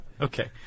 okay